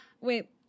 Wait